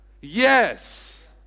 yes